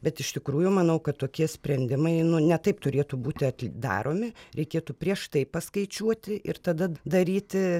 bet iš tikrųjų manau kad tokie sprendimai nu ne taip turėtų būti ati daromi reikėtų prieš tai paskaičiuoti ir tada daryti